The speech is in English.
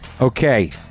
Okay